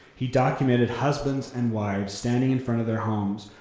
he documented husbands and wives standing in front of their homes,